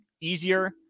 easier